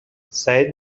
سعید